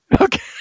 Okay